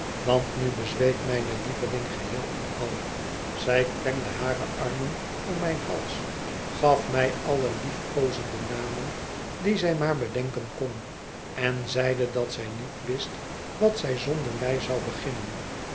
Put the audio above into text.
want nu bezweek mijne lieveling geheel en al zij klemde hare armen om mijn hals gaf mij alle lief koozende namen die zij maar bedenken kon en zeide dat zij niet wist wat zij zonder mij zou beginnen